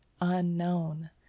unknown